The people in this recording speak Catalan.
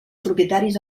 propietaris